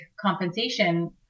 compensation